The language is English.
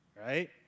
Right